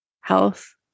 health